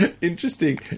Interesting